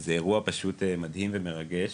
זה אירוע מדהים ומרגש,